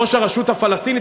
ראש הרשות הפלסטינית.